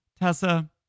Tessa